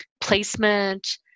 placement